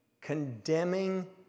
condemning